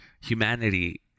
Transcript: humanity